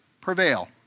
prevail